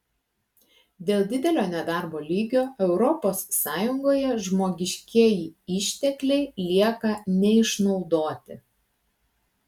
dėl didelio nedarbo lygio europos sąjungoje žmogiškieji ištekliai lieka neišnaudoti